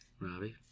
Robbie